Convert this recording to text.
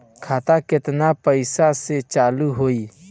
खाता केतना पैसा से चालु होई?